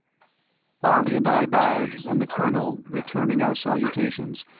harley and i bowed, and the colonel, returning our salutations,